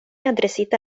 adresita